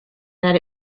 that